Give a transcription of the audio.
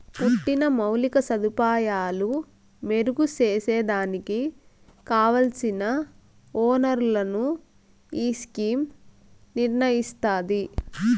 పట్టిన మౌలిక సదుపాయాలు మెరుగు సేసేదానికి కావల్సిన ఒనరులను ఈ స్కీమ్ నిర్నయిస్తాది